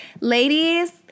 Ladies